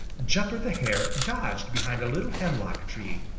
jumper the hare dodged behind a little hemlock tree.